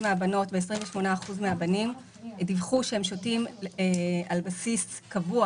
מן הבנות ו-28% מן הבנים דיווחו שהם שותים על בסיס קבוע,